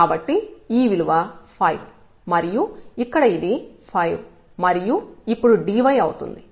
కాబట్టి ఈ విలువ 5 మరియు ఇక్కడ ఇది 5 మరియు ఇప్పుడు dyఅవుతుంది